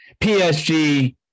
PSG